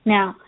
Now